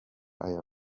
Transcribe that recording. aya